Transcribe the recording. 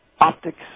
optics